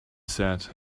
said